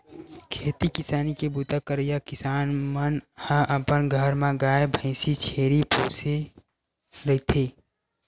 खेती किसानी के बूता करइया किसान मन ह अपन घर म गाय, भइसी, छेरी पोसे रहिथे